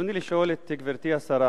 ברצוני לשאול את גברתי השרה: